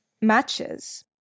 matches